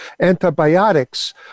antibiotics